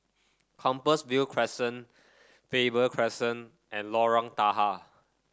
Compassvale Crescent Faber Crescent and Lorong Tahar